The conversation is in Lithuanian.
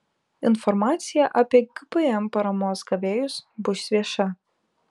informacija apie gpm paramos gavėjus bus vieša